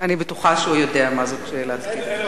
אני בטוחה שהוא יודע מה זאת שאלת קיטבג.